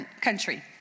country